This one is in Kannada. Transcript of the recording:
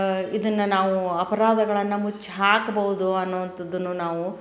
ಇದನ್ನು ನಾವು ಅಪರಾಧಗಳನ್ನು ಮುಚ್ಚಿ ಹಾಕ್ಬೋದು ಅನ್ನುವಂಥದ್ದನ್ನೂ ನಾವು